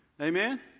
Amen